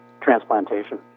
transplantation